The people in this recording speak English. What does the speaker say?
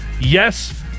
Yes